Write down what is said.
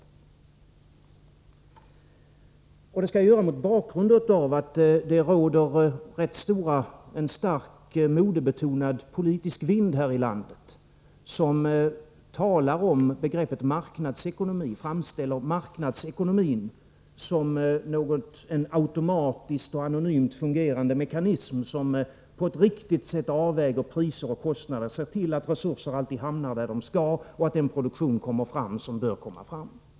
Detta skall jag göra mot bakgrund av att det blåser en starkt modebetonad politisk vind här i landet. Marknadsekonomin framställs som en automatiskt och anonymt fungerande mekanism, som på ett riktigt sätt avväger priser och kostnader och ser till att resurser alltid hamnar där de skall och att den produktion kommer fram som bör komma fram.